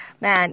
Man